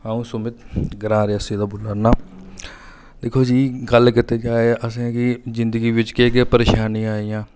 अ'ऊं सुमित ग्रांऽ रियासी दा बोल्लै ना दिक्खो जी गल्ल कीता जा ते असें गी जिंदगी बिच केह् केह् परेशानियां आइयां